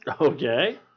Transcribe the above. Okay